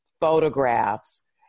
photographs